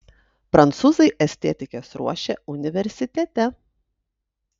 prancūzai estetikes ruošia universitete